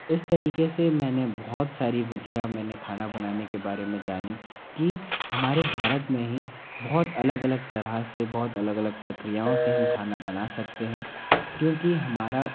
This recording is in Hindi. इस तरीक़े से मैंने बहुत सारी विधियाँ मैंने खाना बनाने के बारे में जानी कि हमारे भारत में ही बहुत अलग अलग तराह से बहोत अलग अलग प्रक्रियाओं से हम खाना बना सकते हैं क्योंकि हमारा